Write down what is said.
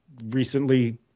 recently